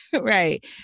right